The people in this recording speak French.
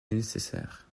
nécessaire